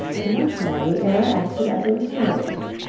and once more the air acted as a restorative.